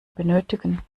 benötigen